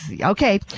okay